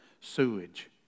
sewage